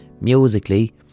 Musically